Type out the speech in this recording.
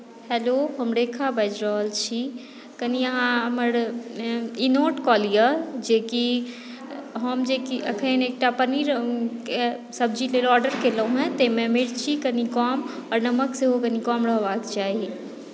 hello हम रेखा बाजि रहल छी कनी अहाँ हमर ई नोट कऽ लिअ जेकि हम जेकि एखन एकटा पनीरके सब्जीलेल आर्डर केलहुँ हेँ ताहिमे मिर्ची कनी कम आओर नमक सेहो कनी कम रहबाक चाही